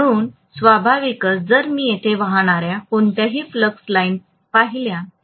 म्हणून स्वाभाविकच जर मी येथे वाहणाऱ्या कोणत्याही फ्लक्स लाईन्स पाहिल्या तर